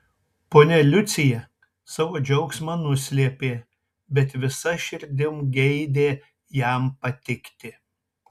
ponia liucija savo džiaugsmą nuslėpė bet visa širdim geidė jam patikti